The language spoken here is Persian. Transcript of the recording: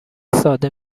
ساده